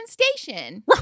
station